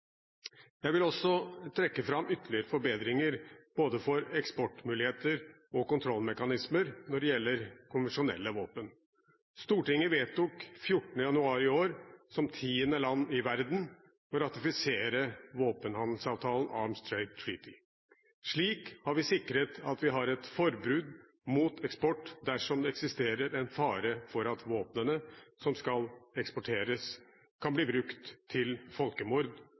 Jeg vil også trekke fram ytterligere forbedringer, både for eksportmuligheter og kontrollmekanismer når det gjelder konvensjonelle våpen. Stortinget vedtok 14. januar i år – som tiende land i verden – å ratifisere våpenhandelsavtalen Arms Trade Treaty. Slik har vi sikret at vi har et forbud mot eksport dersom det eksisterer en fare for at våpnene som skal eksporteres, kan bli brukt til folkemord,